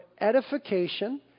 edification